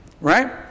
right